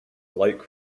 light